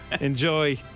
enjoy